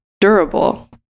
durable